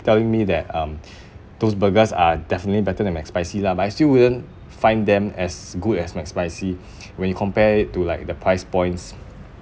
telling me that um those burgers are definitely better than mcspicy lah but I still wouldn't find them as good as mcspicy when you compare it to like the price points